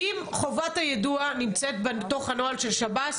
האם חובת היידוע נמצאת בתוך הנוהל של שירות בתי